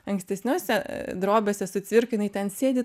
ankstesniuose drobėse su cvirka jinai ten sėdi